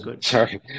Sorry